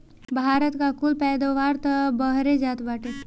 भारत का कुल पैदावार तअ बहरे जात बाटे